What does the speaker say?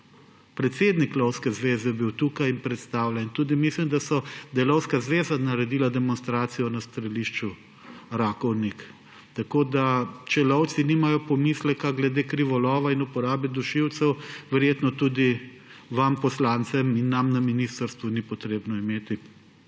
Predsednik Lovske zveze je bil tukaj in predstavljen. Tudi mislim, da je Lovska zveza naredila demonstracijo na strelišču Rakovnik. Če lovci nimajo pomisleka glede krivolova in uporabe dušilcev, ga verjetno tudi vam poslancem in nam na ministrstvu ni treba imeti.